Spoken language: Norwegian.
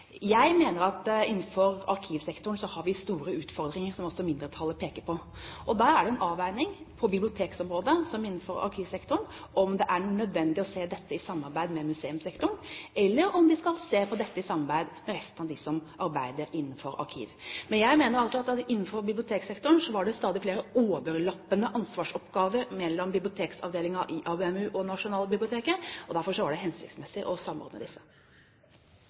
Jeg mener at vi innenfor arkivsektoren har store utfordringer, som også mindretallet peker på. Det er en avveining på biblioteksområdet som innenfor arkivsektoren om det er nødvendig å se dette i samarbeid med museumssektoren, eller om de skal se på dette i samarbeid med resten av dem som arbeider innenfor arkivsektoren. Jeg mener at det innenfor biblioteksektoren var stadig flere overlappende ansvarsoppgaver – mellom bibliotekavdelingen i ABM-u og Nasjonalbiblioteket. Derfor var det hensiktsmessig å samordne disse.